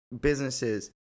businesses